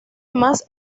más